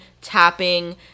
tapping